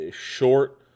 short